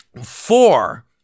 Four